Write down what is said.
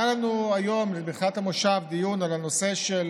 היה לנו היום בתחילת המושב דיון על הנושא של